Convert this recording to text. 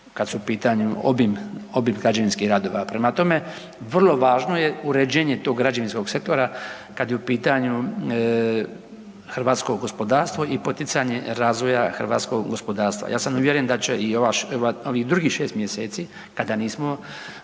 kada su u pitanju obim građevinskih radova. Prema tome, vrlo važno je uređenje tog građevinskog sektora kada je u pitanju hrvatsko gospodarstvo i poticanje razvoja hrvatskog gospodarstva. Ja sam uvjeren da će i ovih drugih 6 mjeseci kada nismo